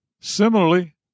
Similarly